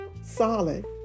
solid